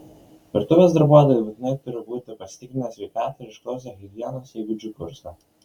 virtuvės darbuotojai būtinai turi būti pasitikrinę sveikatą ir išklausę higienos įgūdžių kursą